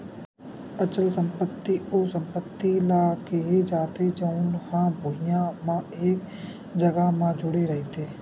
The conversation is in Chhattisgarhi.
अचल संपत्ति ओ संपत्ति ल केहे जाथे जउन हा भुइँया म एक जघा म जुड़े रहिथे